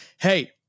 hey